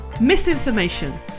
Misinformation